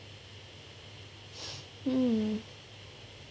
mm